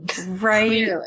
Right